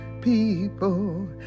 people